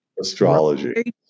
astrology